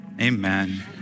Amen